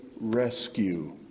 rescue